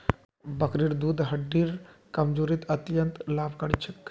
बकरीर दूध हड्डिर कमजोरीत अत्यंत लाभकारी छेक